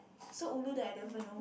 so ulu that I don't even know